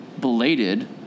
belated